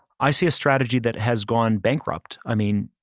i see a strategy that has gone bankrupt. i mean,